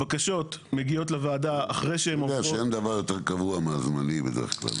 אתה יודע שאין דבר יותר קבוע מהזמני, בדרך כלל.